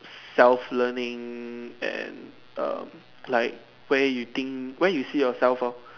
self learning and um like where you think where you see yourself off